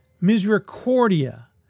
Misericordia